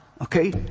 okay